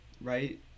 right